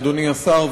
אדוני השר,